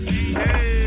Hey